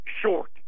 short